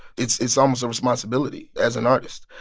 it's it's almost a responsibility as an artist.